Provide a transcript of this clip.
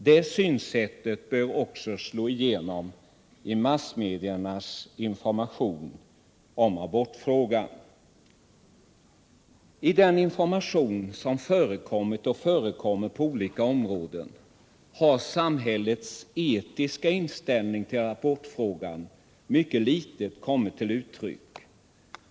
Det synsättet bör också slå igenom i massmediernas information om abortfrågan. I den information som förekommit och förekommer på olika områden har samhällets etiska inställning till abortfrågan mycket litet kommit till uttryck.